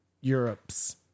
Europe's